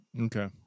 Okay